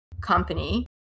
company